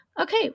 Okay